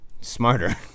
smarter